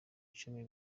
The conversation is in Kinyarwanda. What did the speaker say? icumi